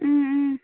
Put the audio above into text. اۭں اۭں